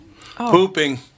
pooping